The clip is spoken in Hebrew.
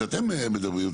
שאתם מדברים,